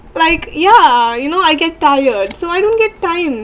like yeah you know I get tired so I don't get time